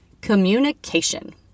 Communication